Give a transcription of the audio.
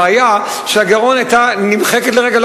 הבעיה של הגירעון היתה נמחקת ברגע.